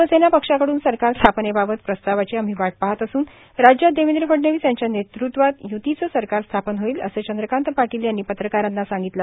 शिवसेना पक्षाकडून सरकार स्थापनेबाबत प्रस्तावाची आम्ही वाट पाहत असून राज्यात देवेंद्र फडणवीस यांच्या नेतृत्वात युतीचं सरकार स्थापन होईल असं चंद्रकांत पाटील यांनी पत्रकारांना सांगितलं